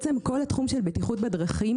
כל התחום של בטיחות בדרכים